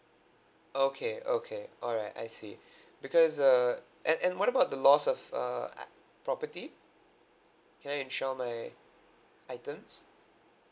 okay okay alright I see because uh and and what about the loss of uh I property can I insure my items